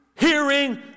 hearing